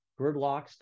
gridlocks